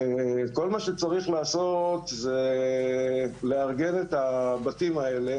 וכל מה שצריך לעשות הוא לארגן את הבתים האלה